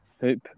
hope